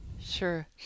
sure